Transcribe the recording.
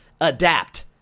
adapt